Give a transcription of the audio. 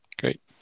Great